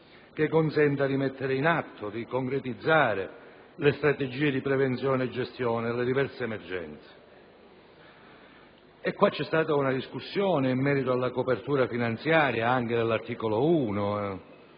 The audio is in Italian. che consenta di mettere in atto di concretizzare le strategie di prevenzione e gestione delle diverse emergenze. C'è stata una discussione anche in merito alla copertura finanziaria dell'articolo 1,